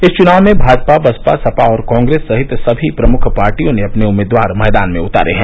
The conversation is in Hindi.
इस चुनाव में भाजपा बसपा सपा और कॉग्रेस सहित सभी प्रमुख पार्टियों ने अपने उम्मीदवार मैदान में उतारे हैं